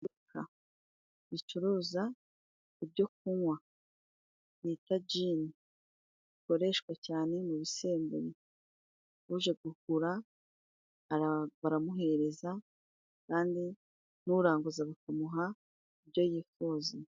Iduka ricuruza ibyokunywa bita jini. Bikoreshwa cyane mu bisembuye. Uje kugura baramuhereza kandi n'uranguza bakamuha ibyo yifuza.